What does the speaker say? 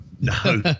no